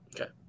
Okay